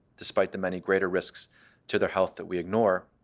despite the many greater risks to their health that we ignore,